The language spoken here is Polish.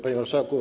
Panie Marszałku!